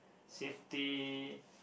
safety